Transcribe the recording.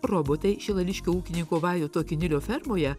robotai šilališkio ūkininko vajoto kinilio fermoje